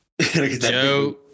Joe